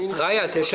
וזה לא פשוט.